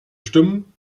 stimmen